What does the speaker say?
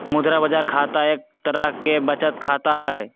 मुद्रा बाजार खाता एक तरह के बचत खाता हई